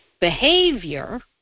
behavior